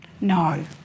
No